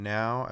now